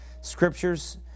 scriptures